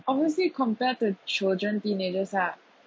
obviously compared the children teenagers are